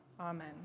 Amen